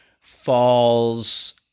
falls